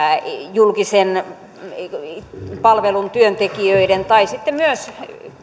julkisen palvelun työntekijöiden ja sitten myös